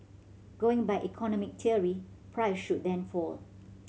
going by economic theory price should then fall